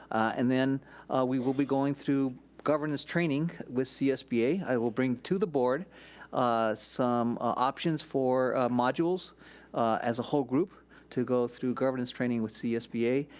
and then we will be going through governess training with csba. i will bring to the board some options for modules as a whole group to go through governess training with csba,